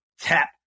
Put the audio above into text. tap